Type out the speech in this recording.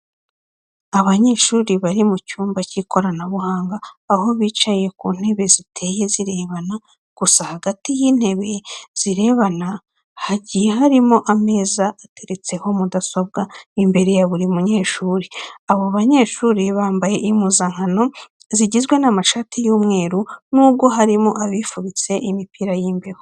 Abanyeshuri bari mu cyumba cy'ikoranabuhanga aho bicaye ku ntebe ziteye zirebana gusa hagati y'intebe zirebana hagiye harimo ameza ateretseho mudasobwa imbere ya buri munyeshuri. Abo banyeshuri bambaye impuzankano zigizwe n'amashati y'umweru nubwo harimo abifubitse imipira y'imbeho.